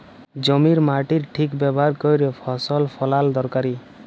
জমির মাটির ঠিক ব্যাভার ক্যইরে ফসল ফলাল দরকারি